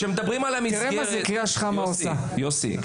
יוסי,